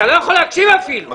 ואני